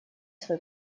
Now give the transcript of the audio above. свой